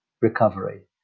recovery